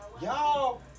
y'all